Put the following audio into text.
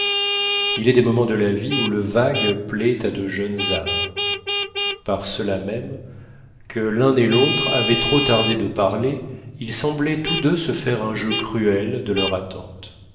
il est des moments de la vie où le vague plaît à de jeunes âmes par cela même que l'un et l'autre avaient trop tardé de parler ils semblaient tous deux se faire un jeu cruel de leur attente